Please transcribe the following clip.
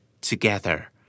together